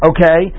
Okay